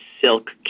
silk